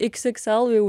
iks iks el jau